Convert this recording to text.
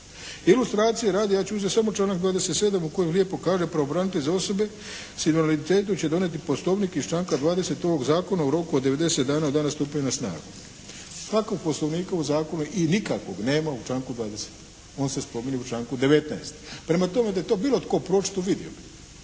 Ilustracije radi ja ću uzeti samo članak 27. u kojem lijepo kaže pravobranitelj za osobe …/Govornik se ne razumije./… invaliditetu će donijeti Poslovnik iz članka 20. ovog Zakona u roku od 90 dana od dana stupanja na snagu. Takvog Poslovnika u zakonu i nikakvog nema u članku 20. On se spominje u članku 19. Prema tome, da je to bilo tko pročitao vi dio bi,